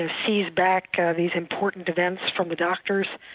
and seize back these important events from the doctors,